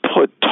put